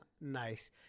nice